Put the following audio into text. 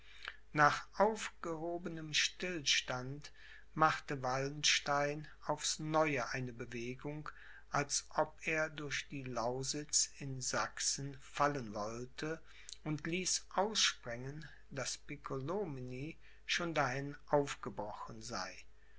nach aufgehobenem stillstand machte wallenstein aufs neue eine bewegung als ob er durch die lausitz in sachsen fallen wollte und ließ aussprengen daß piccolomini schon dahin aufgebrochen sei